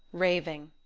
raving